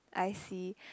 I see